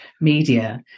media